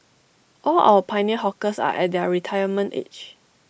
all our pioneer hawkers are at their retirement age